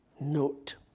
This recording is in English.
Note